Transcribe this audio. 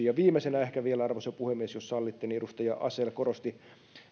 ja viimeisenä ehkä vielä arvoisa puhemies jos sallitte edustaja asell korosti